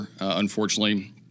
unfortunately